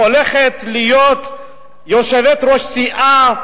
הולכת להיות יושבת-ראש סיעה,